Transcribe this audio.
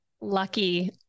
lucky